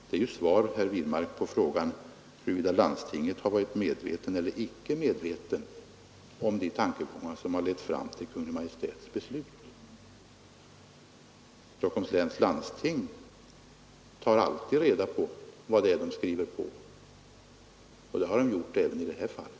Det är ju svar, herr Wirmark, på frågan huruvida landstinget har varit medvetet eller icke medvetet om de tankegångar som har lett fram till Kungl. Maj:ts beslut. Stockholms läns landsting tar alltid reda på vad det är man skriver på, och det har man gjort även i det här fallet.